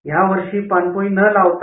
यावर्षी पाणपोई न लावता